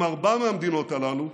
עם ארבע מהמדינות הללו,